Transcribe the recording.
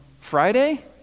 Friday